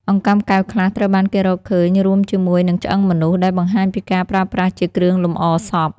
អង្កាំកែវខ្លះត្រូវបានគេរកឃើញរួមជាមួយនឹងឆ្អឹងមនុស្ស ដែលបង្ហាញពីការប្រើប្រាស់ជាគ្រឿងលម្អសព។